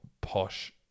posh